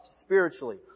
spiritually